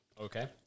okay